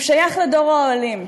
הוא שייך לדור האוהלים,